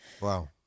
Wow